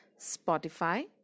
Spotify